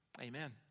Amen